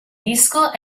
disco